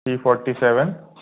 E forty seven